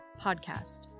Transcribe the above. podcast